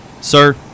Sir